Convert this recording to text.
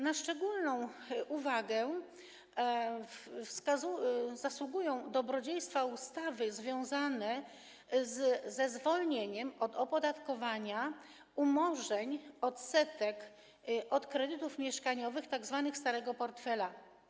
Na szczególną uwagę zasługują dobrodziejstwa ustawy związane ze zwolnieniem od opodatkowania umorzeń odsetek od kredytów mieszkaniowych tzw. starego portfela.